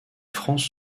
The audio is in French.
france